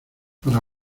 para